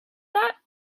that